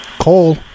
Cole